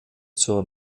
zur